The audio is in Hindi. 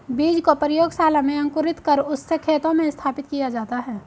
बीज को प्रयोगशाला में अंकुरित कर उससे खेतों में स्थापित किया जाता है